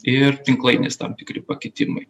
ir tinklainės tam tikri pakitimai